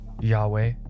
Yahweh